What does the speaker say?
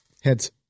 Heads